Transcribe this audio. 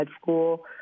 school